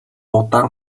удаан